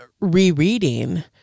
rereading